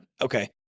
Okay